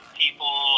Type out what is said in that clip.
people